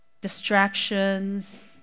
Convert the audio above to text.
distractions